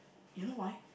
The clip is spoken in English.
you know why